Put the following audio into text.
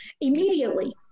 immediately